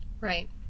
Right